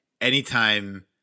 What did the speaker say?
anytime